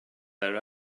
their